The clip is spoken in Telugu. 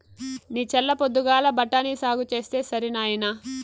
నీ చల్ల పొద్దుగాల బఠాని సాగు చేస్తే సరి నాయినా